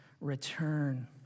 return